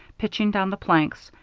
pitching down the planks,